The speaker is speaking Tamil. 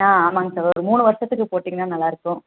ஆ ஆமாங்க சார் ஒரு மூணு வருஷத்துக்கு போட்டிங்கனால் நல்லாயிருக்கும்